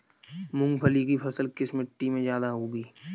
मूंगफली की फसल किस मिट्टी में ज्यादा होगी?